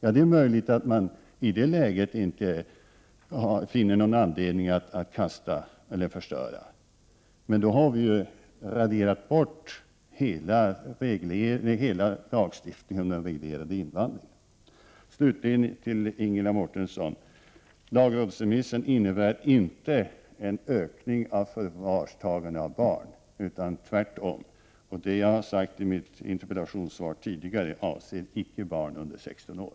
I en sådan situation är det möjligt att man inte finner någon anledning att kasta eller förstöra handlingarna. Men då har vi raderat bort hela lagstiftningen om den reglerade invandringen. Slutligen, Ingela Mårtensson: Lagrådsremissen innebär inte en ökning av förvarstagandet av barn, utan tvärtom. Det jag har sagt i mitt tidigare interpellationssvar avser inte barn under 16 år.